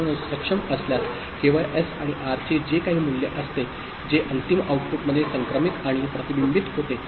म्हणूनच सक्षम असल्यास केवळ एस आणि आर चे जे काही मूल्य असते जे अंतिम आउटपुटमध्ये संक्रमित आणि प्रतिबिंबित होते